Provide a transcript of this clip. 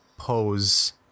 Pose